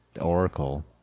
oracle